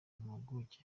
impuguke